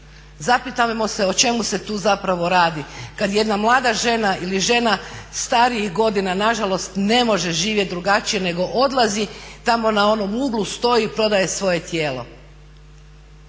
zapitajmo se o čemu se tu zapravo radi kada jedna mlada žena ili žena starijih godina nažalost ne može živjeti drugačije nego odlazi tamo na onom uglu stoji i prodaje svoje tijelo.